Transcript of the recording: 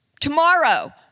Tomorrow